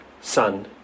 sun